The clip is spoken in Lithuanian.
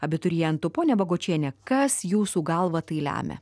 abiturientų pone bagočiene kas jūsų galva tai lemia